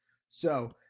so,